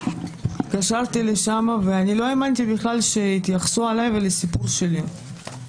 התקשרתי לשם ואני לא האמנתי בכלל שיתייחסו אלי ולסיפור שלי.